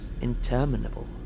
interminable